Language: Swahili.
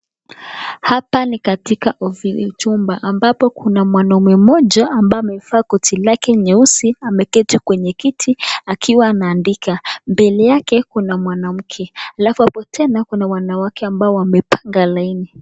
Hapa ni katika ofisi chumba ambapo kuna mwanaume mmoja ambaye amevaa koti lake nyeusi, ameketi kwenye kiti akiwa anaandika. Mbele yake kuna mwanamke. Alafu hapo tena kuna wanawake ambao wamepanga laini.